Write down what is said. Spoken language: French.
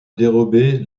dérober